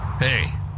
Hey